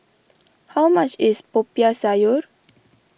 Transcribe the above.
how much is Popiah Sayur